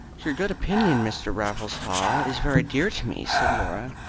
your good opinion, mr. raffles haw, is very dear to me, said laura.